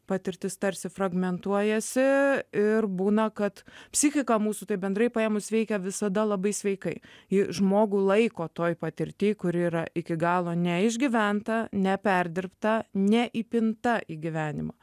patirtis tarsi fragmentuojasi ir būna kad psichika mūsų taip bendrai paėmus veikia visada labai sveikai ji žmogų laiko toj patirtį kuri yra iki galo neišgyventa neperdirbta ne įpinta į gyvenimą